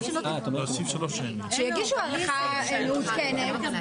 שיגישו הערכה מעודכנת,